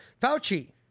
Fauci